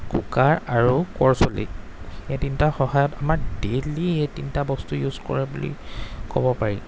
cooker আৰু কৰচলি এই তিনিটাৰ সহায়ত আমাৰ ডেইলি এই তিনিটা বস্তু ইউজ কৰে বুলি ক'ব পাৰি